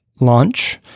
launch